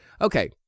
Okay